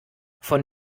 von